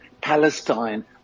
Palestine